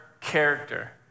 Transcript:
character